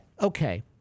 okay